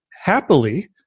happily